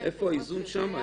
איפה האיזון שם?